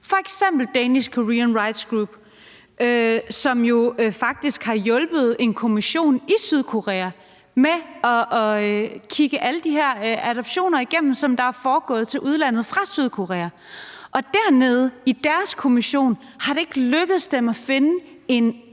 f.eks. Danish Korean Rights Group, som jo faktisk har hjulpet en kommission i Sydkorea med at kigge alle de her adoptioner igennem, som er foregået til udlandet fra Sydkorea. Dernede, i deres kommission, er det ikke lykkedes dem at finde en